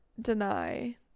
deny